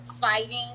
fighting